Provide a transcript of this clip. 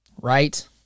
Right